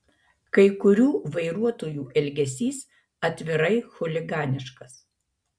kai kurių vairuotojų elgesys atvirai chuliganiškas